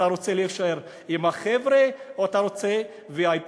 אתה רוצה להישאר עם החבר'ה, או שאתה רוצה VIP?